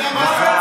מחר.